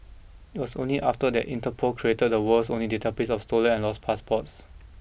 it was only after that Interpol created the world's only database of stolen and lost passports